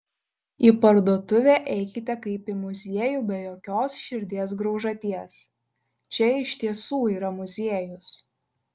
į parduotuvę eikite kaip į muziejų be jokios širdies graužaties čia iš tiesų yra muziejus